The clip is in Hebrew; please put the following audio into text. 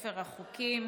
לספר החוקים.